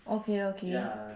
okay okay